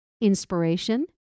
inspiration